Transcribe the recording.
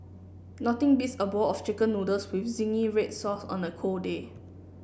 nothing beats a bowl of chicken noodles with zingy red sauce on a cold day